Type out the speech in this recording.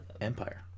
empire